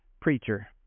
preacher